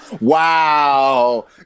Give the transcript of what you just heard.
Wow